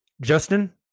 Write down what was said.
Justin